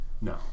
No